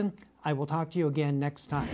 n i will talk to you again next time